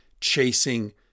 chasing